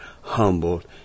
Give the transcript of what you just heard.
humbled